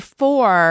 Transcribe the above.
four